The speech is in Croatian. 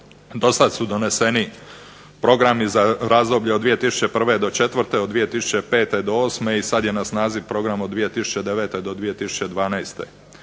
Do sada su doneseni programi od 2001. do 2004., od 2005. do 8. i sada je na snazi program od 2009. do 2012.